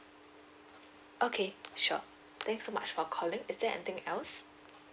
okay sure thanks so much for calling is there anything else